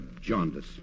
jaundice